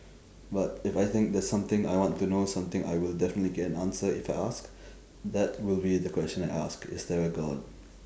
but if I think there's something I want to know something I will definitely get an answer if I ask that will be the question I ask is there a god